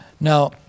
Now